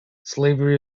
slavery